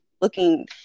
looking